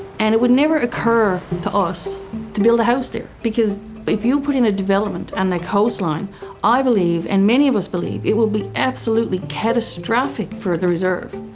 and it would never occur to us to build a house there. because if you put in a development on and the coastline i believe and many of us believe it will be absolutely catastrophic for the reserve.